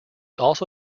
also